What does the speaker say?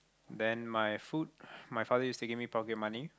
then my food my father used to give me pocket money